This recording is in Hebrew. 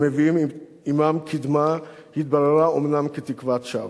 המביאים עמם קדמה, התבררה אומנם כתקוות שווא,